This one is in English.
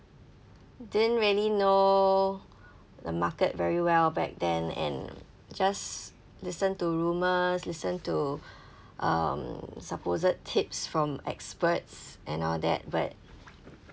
didn't really know the market very well back then and just listen to rumours listen to um supposed tips from experts and all that but